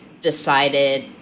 decided